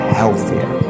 healthier